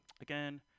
again